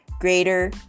greater